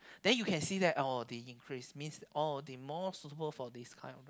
then you can see that oh they increase means oh they more suitable for this kind of job